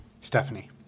Stephanie